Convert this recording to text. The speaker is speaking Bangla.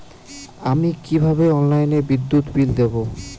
আমি কিভাবে অনলাইনে বিদ্যুৎ বিল দেবো?